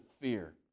fear